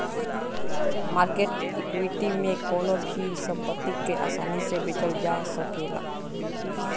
market equity में कवनो भी संपत्ति के आसानी से बेचल जा सकेला